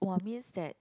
[wah] means that